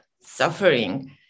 suffering